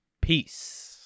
Peace